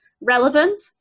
relevant